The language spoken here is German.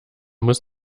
muss